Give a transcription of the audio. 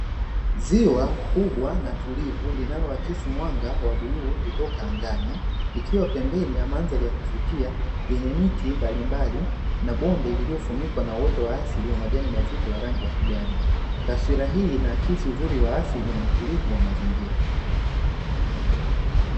Ziwa kubwa na tulivu linaloakisi mwanga wa bluu kutoka angani, ikiwa pembeni ya mandhari ya kuvutia yenye miti mbalimbali na bonde lililofunikwa na uoto wa asili wa majani mazito ya rangi ya kijani. Taswira hii inaakisi uzuri wa asili na utulivu wa mazingira.